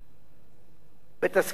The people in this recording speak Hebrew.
בתזכיר הצעת החוק מוצע לקבוע